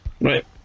Right